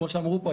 כמו שאמרו פה,